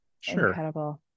sure